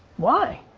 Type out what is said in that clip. why?